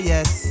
Yes